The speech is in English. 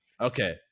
Okay